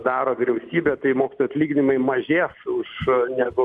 daro vyriausybė tai mokytojų atlyginimai mažės už negu